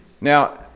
Now